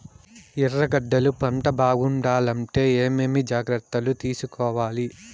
ఎర్రగడ్డలు పంట బాగుండాలంటే ఏమేమి జాగ్రత్తలు తీసుకొవాలి?